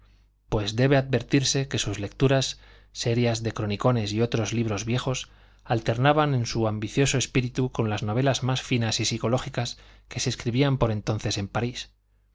pues debe advertirse que sus lecturas serias de cronicones y otros libros viejos alternaban en su ambicioso espíritu con las novelas más finas y psicológicas que se escribían por entonces en parís